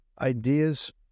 ideas